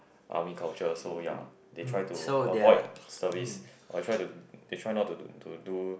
army culture so ya they try to avoid service or try to they try not to to do